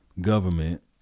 government